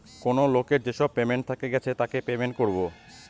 কেনো লোকের যেসব পেমেন্ট থেকে গেছে তাকে পেমেন্ট করবো